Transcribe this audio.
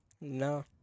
No